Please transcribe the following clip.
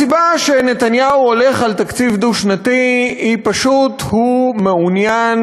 הסיבה שנתניהו הולך על תקציב דו-שנתי היא פשוט מכיוון שהוא מעוניין